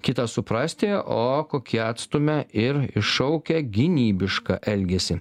kitą suprasti o kokie atstumia ir iššaukia gynybišką elgesį